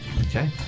Okay